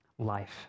Life